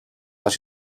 dues